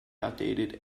outdated